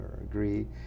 agree